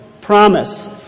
promise